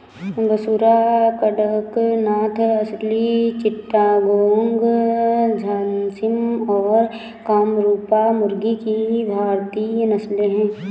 बुसरा, कड़कनाथ, असील चिट्टागोंग, झर्सिम और कामरूपा मुर्गी की भारतीय नस्लें हैं